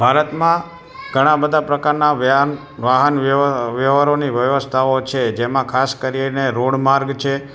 ભારતમાં ઘણાં બધા પ્રકારનાં વ્યાન વાહન વ્યવ વ્યવહારોની વ્યવસ્થાઓ છે કે જેમાં ખાસ કરીને રોડ માર્ગ છે